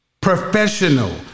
Professional